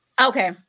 Okay